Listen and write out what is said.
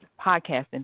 podcasting